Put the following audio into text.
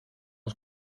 uns